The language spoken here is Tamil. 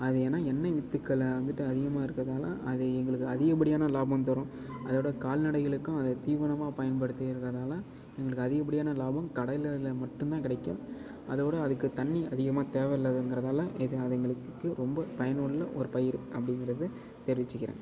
அது ஏன்னால் எண்ணெய் வித்துக்களை வந்துட்டு அதிகமாக இருக்கதால் அது எங்களுக்கு அதிகப்படியான லாபம் தரும் அதோடு கால் நடைகளுக்கும் அது தீவனமாக பயன்பத்தி இருக்கிறதால எங்களுக்கு அதிகப்படியான லாபம் கடலையில் மட்டும் தான் கிடைக்கும் அதோடு அதுக்குத் தண்ணி அதிகமாக தேவையில்லதுங்கிறதால் எது அது எங்களுக்கு ரொம்ப பயனுள்ள ஒரு பயிர் அப்படிங்கிறது தெரிவித்துக்கிறேன்